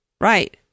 Right